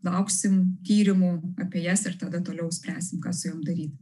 lauksim tyrimų apie jas ir tada toliau spręsim ką su jom daryti